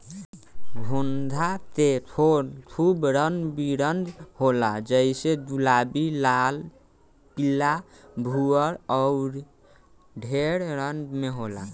घोंघा के खोल खूब रंग बिरंग होला जइसे गुलाबी, लाल, पीला, भूअर अउर ढेर रंग में होला